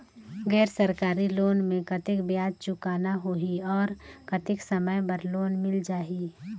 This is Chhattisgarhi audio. गैर सरकारी लोन मे कतेक ब्याज चुकाना होही और कतेक समय बर लोन मिल जाहि?